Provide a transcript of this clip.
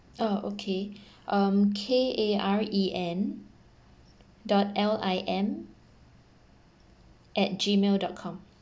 oh okay um K A R E N dot L I M at gmail dot com